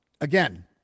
again